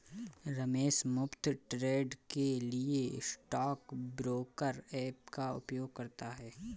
रमेश मुफ्त ट्रेड के लिए स्टॉक ब्रोकर ऐप का उपयोग करता है